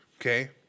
okay